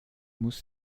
muss